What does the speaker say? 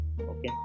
okay